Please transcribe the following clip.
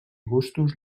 gustos